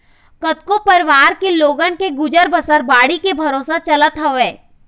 कतको परवार के लोगन के गुजर बसर बाड़ी के भरोसा चलत हवय